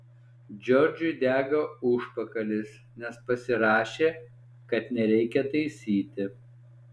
džordžui dega užpakalis nes pasirašė kad nereikia taisyti